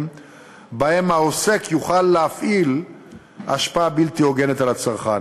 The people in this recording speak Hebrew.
שבהם עוסק יוכל להפעיל השפעה בלתי הוגנת על צרכן.